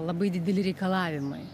labai dideli reikalavimai